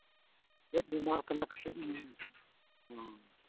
ᱪᱮᱫ ᱵᱤᱢᱟᱨ ᱠᱟᱱᱟ ᱠᱟᱹᱴᱤᱡ ᱮᱢ ᱞᱟᱹᱭᱟᱹᱧᱟᱧ ᱥᱮ ᱚᱻ